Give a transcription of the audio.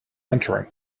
entering